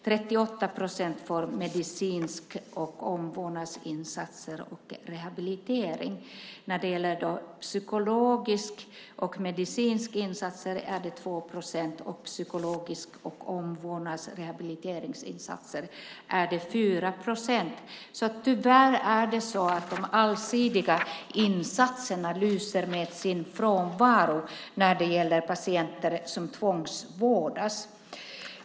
38 procent får medicinska insatser, omvårdnadsinsatser och rehabilitering. Det är 2 procent som får psykologiska och medicinska insatser, och det är 4 procent som får psykologiska insatser, omvårdnads och rehabiliteringsinsatser. Tyvärr lyser de allsidiga insatserna med sin frånvaro när det gäller patienter som tvångsvårdas.